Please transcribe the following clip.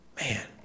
Man